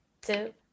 two